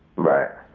right,